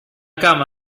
cama